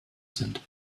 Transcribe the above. sind